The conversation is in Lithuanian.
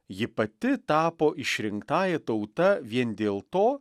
ji pati tapo išrinktąja tauta vien dėl to